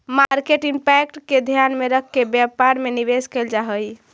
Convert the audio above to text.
market impact के ध्यान में रखके व्यापार में निवेश कैल जा हई